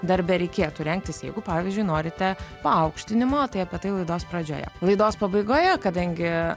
darbe reikėtų rengtis jeigu pavyzdžiui norite paaukštinimo tai apie tai laidos pradžioje laidos pabaigoje kadangi